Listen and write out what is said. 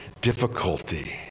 difficulty